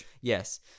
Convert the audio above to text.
Yes